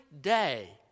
day